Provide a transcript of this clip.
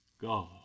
God